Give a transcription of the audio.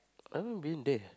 I don't even been there